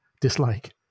dislike